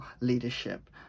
leadership